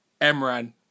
Emran